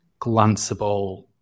glanceable